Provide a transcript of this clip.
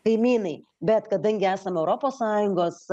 kaimynai bet kadangi esame europos sąjungos